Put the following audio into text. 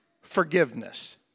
forgiveness